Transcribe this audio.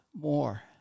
more